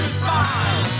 smile